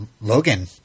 Logan